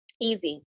easy